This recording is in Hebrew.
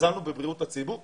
זלזלנו בבריאות הציבור?